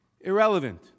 irrelevant